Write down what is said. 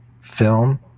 film